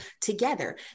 together